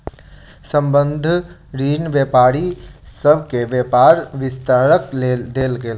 संबंद्ध ऋण व्यापारी सभ के व्यापार विस्तारक लेल देल गेल